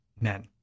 men